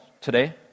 today